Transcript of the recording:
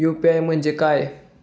UPI म्हणजे काय?